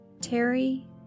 Terry